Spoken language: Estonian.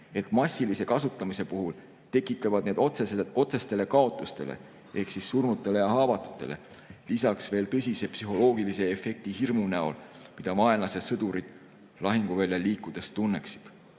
et massilise kasutamise puhul tekitavad need lisaks otsestele kaotustele ehk surnutele ja haavatutele veel tõsise psühholoogilise efekti hirmu näol, mida vaenlase sõdurid lahinguväljal liikudes tunneksid.